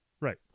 Right